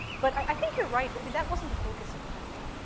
but i think you're right. i mean that wasn't the focus of the video.